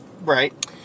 Right